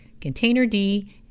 Containerd